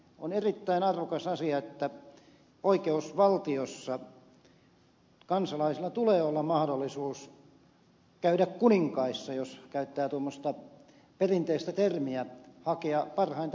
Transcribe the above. on erittäin arvokas asia että oikeusvaltiossa kansalaisilla on mahdollisuus käydä kuninkaissa jos käyttää tuommoista perinteistä termiä hakea parhainta mahdollista oikeusturvaa